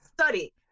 study